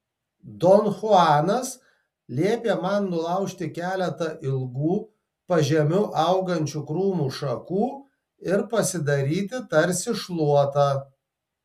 don chuanas liepė man nulaužti keletą ilgų pažemiu augančių krūmų šakų ir pasidaryti tarsi šluotą